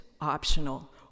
optional